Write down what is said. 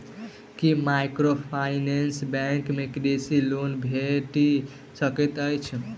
की microfinance bank सँ कृषि loan भेटि सकैत अछि?